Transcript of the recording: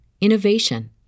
innovation